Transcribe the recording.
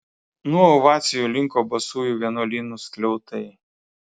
nuo ovacijų linko basųjų vienuolyno skliautai